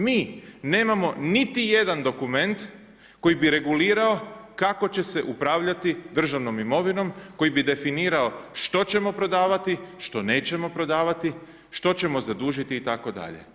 Mi nemamo niti jedan dokument koji bi regulirao kako će se upravljati državnom imovinom koji bi definirao što ćemo prodavati, što nećemo prodavati, što ćemo zadužiti itd.